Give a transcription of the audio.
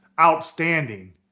outstanding